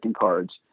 cards